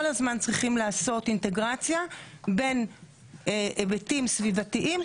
הזמן צריכים לעשות אינטגרציה בין היבטים סביבתיים,